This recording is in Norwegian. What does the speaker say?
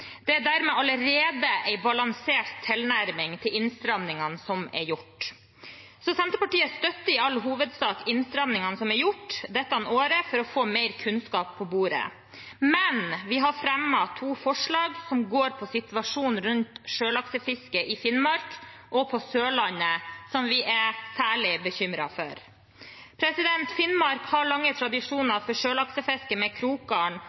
Det er dermed allerede en balansert tilnærming til innstrammingene som er gjort. Så Senterpartiet støtter i all hovedsak innstrammingene som er gjort dette året for å få mer kunnskap på bordet. Vi har fremmet to forslag sammen med Arbeiderpartiet som går på situasjonen rundt sjølaksefiske i Finnmark og på Sørlandet, som vi er særlig bekymret for. Finnmark har lange tradisjoner for sjølaksefiske med